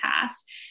past